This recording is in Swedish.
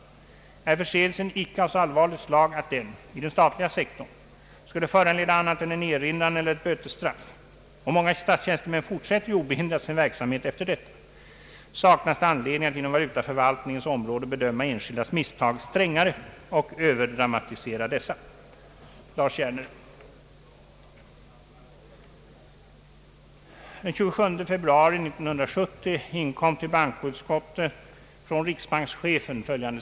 är förseelsen icke av så allvarligt slag att den — i den statliga sektorn — skulle föranleda annat än en erinran eller ett bötestraff saknas det anledning att inom valutaförvaltningens område bedöma enskildas misstag strängare och överdramatisera dessa.